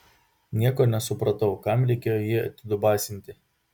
nieko nesupratau kam reikėjo jį atidubasinti